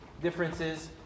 differences